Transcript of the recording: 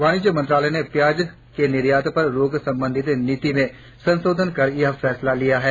वाणिज्य मंत्रालय ने प्जाय के निर्यात पर रोक संबंधी नीति में संशोधन कर यह फैसला लिया है